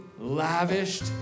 lavished